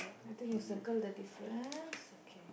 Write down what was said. I thought you have circle the difference okay